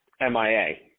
MIA